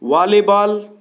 volleyball